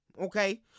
Okay